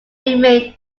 remained